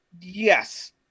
Yes